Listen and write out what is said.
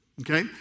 Okay